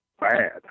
bad